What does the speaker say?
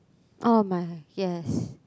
oh my yes